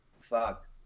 fuck